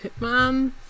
Hitman